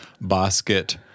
basket